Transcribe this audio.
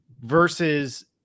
versus